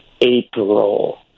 april